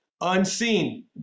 unseen